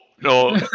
no